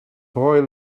boy